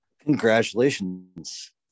congratulations